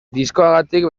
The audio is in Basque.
diskoagatik